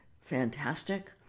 fantastic